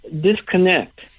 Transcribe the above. disconnect